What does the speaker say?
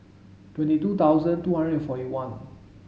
twenty two thousand two hundred and forty one